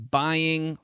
buying